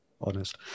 honest